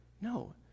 No